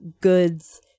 goods